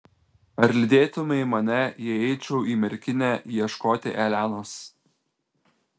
ar lydėtumei mane jei eičiau į merkinę ieškoti elenos